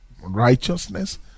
righteousness